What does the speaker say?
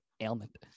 ailment